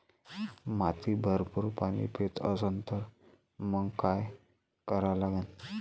माती भरपूर पाणी पेत असन तर मंग काय करा लागन?